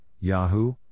Yahoo